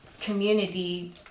community